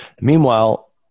Meanwhile